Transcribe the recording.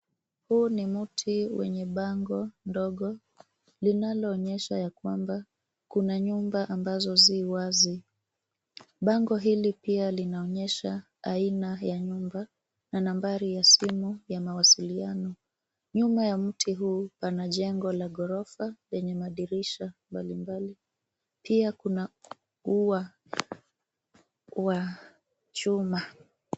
Huu ni mti wenye bango ndogo linaloonyesha ya kwamba kuna nyumba ambazo zi wazi. Bango hili pia linaonyesha aina ya nyumba na nambari ya simu ya mawasiliano. Nyuma ya mti huu pana jengo la ghorofa lenye madirisha mbalimbali. Pia kuna ua wa chuma.